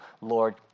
Lord